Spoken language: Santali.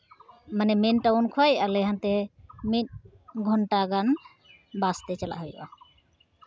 ᱢᱟᱱᱮ ᱢᱮᱱ ᱴᱟᱣᱩᱱ ᱠᱷᱚᱱ ᱟᱞᱮ ᱦᱟᱱᱛᱮ ᱢᱤᱫ ᱜᱷᱚᱱᱴᱟ ᱜᱟᱱ ᱵᱟᱥᱛᱮ ᱪᱟᱞᱟᱜ ᱦᱩᱭᱩᱜᱼᱟ